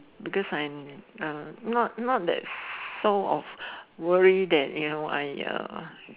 because I'm uh not not that so of worry that you know I uh